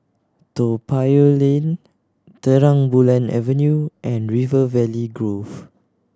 Toa Payoh Lane Terang Bulan Avenue and River Valley Grove